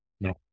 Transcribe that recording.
No